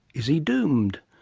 is he doomed?